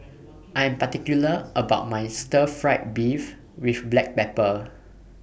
I Am particular about My Stir Fried Beef with Black Pepper